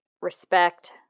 respect